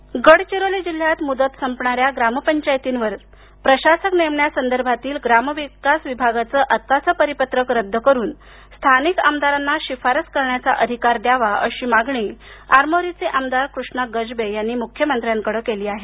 प्रशासक गडचिरोली जिल्ह्यात मुदत संपणाऱ्या ग्रामपंचायतींवर प्रशासक नेमण्यासंदर्भातील ग्रामविकास विभागाचे आत्ताचं परिपत्रक रद्द करुन स्थानिक आमदारांना शिफारस करण्याचा अधिकार द्यावा अशी मागणी आरमोरीचे आमदार कृष्णा गजबे यांनी मुख्यमंत्र्यांकडे केली आहे